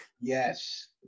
Yes